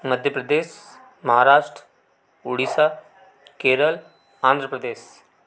Madhya Pradesh Maharashtra Odisha Kerala Andhra Pradesh